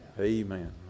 amen